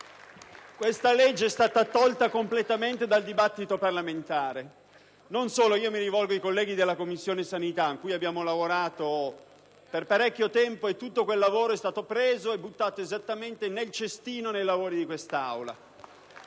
di legge è stato svuotato completamente nel dibattito parlamentare. Non solo, e mi rivolgo ai colleghi della Commissione sanità, con cui abbiamo lavorato per parecchio tempo: tutto quel lavoro è stato preso e buttato esattamente nel cestino nel corso dell'esame